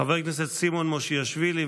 חבר הכנסת סימון מושיאשוילי,